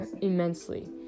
immensely